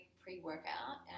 pre-workout